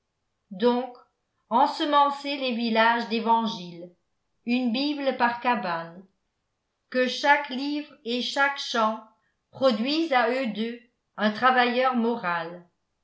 donc ensemencez les villages d'évangiles une bible par cabane que chaque livre et chaque champ produisent à eux deux un travailleur moral